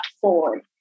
forward